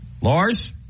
Lars